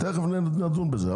תכף נדון בזה.